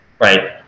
right